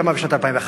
כמה בשנת 2011?